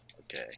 Okay